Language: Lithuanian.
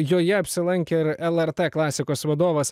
joje apsilankė ir lrt klasikos vadovas